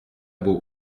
beau